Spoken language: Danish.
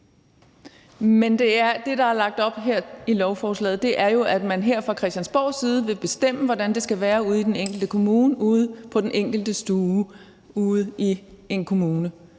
Men det, der er lagt op til her i lovforslaget, er jo, at man her fra Christiansborgs side vil bestemme, hvordan det skal være ude i den enkelte kommune, ude på den enkelte stue. Det mener